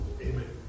Amen